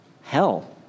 hell